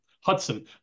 Hudson